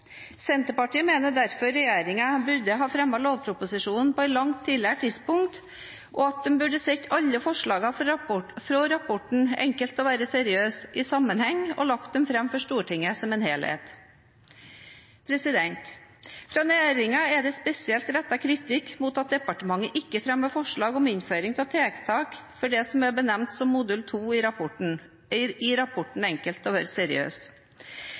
Senterpartiet mener derfor regjeringen burde ha fremmet lovproposisjonen på et langt tidligere tidspunkt, og at en burde sett alle forslagene fra rapporten «Enkelt å være seriøs» i sammenheng og lagt dem fram for Stortinget som en helhet. Fra næringen er det spesielt rettet kritikk mot at departementet ikke fremmer forslag om innføring av tiltak for det som er benevnt som modul 2 i rapporten «Enkelt å være seriøs»